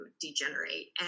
degenerate